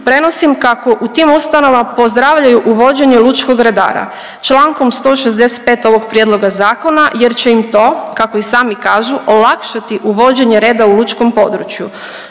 prenosim kako u tim ustanovama pozdravljaju uvođenje lučkog redara čl. 165. ovog prijedloga zakona jer će im to, kako i sami kažu, olakšati uvođenje reda u lučkom području.